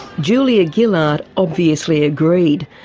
julia gillard obviously agreed,